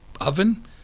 oven